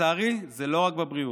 לצערי זה לא רק בבריאות,